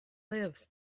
live